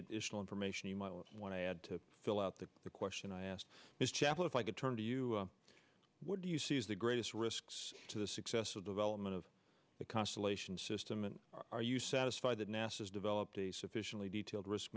additional information you might want to add to fill out that the question i asked is chappell if i could turn to you what do you see as the greatest risks to the successful development of the constellation system and are you satisfied that nasa has developed a sufficiently detailed risk